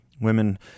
women